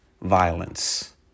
violence